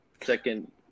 second